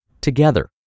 together